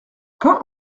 quand